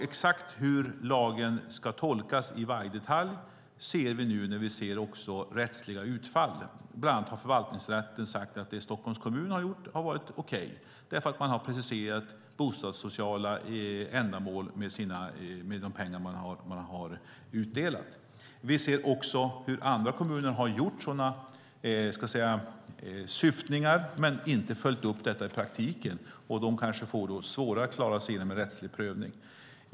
Exakt hur lagen ska tolkas i varje detalj ser vi nu när vi tittar på rättsliga utfall. Bland annat har Förvaltningsrätten sagt att det som Stockholms kommun har gjort har varit okej därför att man har preciserat bostadssociala ändamål när det gäller de pengar som man har utdelat. Vi ser också hur andra kommuner har gjort så att säga sådana syftningar men inte följt upp detta i praktiken. De kanske får svårare att klara sig genom en rättslig prövning.